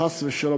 חס ושלום,